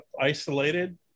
isolated